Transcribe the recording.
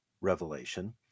revelation